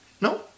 no